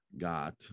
got